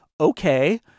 okay